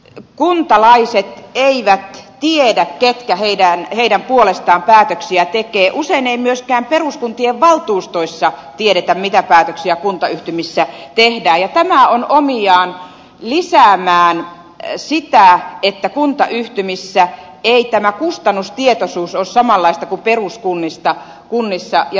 eli kuntalaiset eivät tiedä ketkä heidän puolestaan päätöksiä tekevät usein ei myöskään peruskuntien valtuustoissa tiedetä mitä päätöksiä kuntayhtymissä tehdään ja tämä on omiaan lisäämään sitä että kuntayhtymissä ei tämä kustannustietoisuus ole samanlaista kuin peruskunnissa